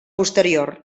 posterior